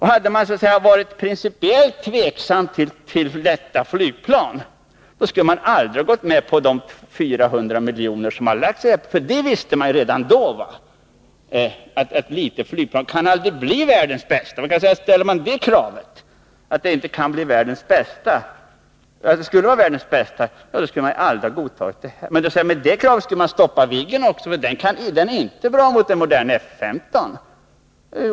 Hade man varit principiellt tveksam till detta flygplan, skulle man aldrig ha gått med på de 400 milj.kr. som redan satsats på det. Att ett litet flygplan aldrig kan bli världens bästa visste man redan då. Ställer man det kravet, att flygplanet skall vara världens bästa, skulle man aldrig ha börjat studier kring denna flygplanstyp. Med det kravet skulle man också kunna avbryta produktionen av Viggen. Den är inte bra mot en modern F 15.